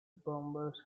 bombers